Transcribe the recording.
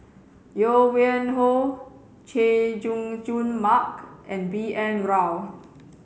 Yuen Hoe Chay Jung Jun Mark and B N Rao